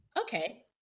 Okay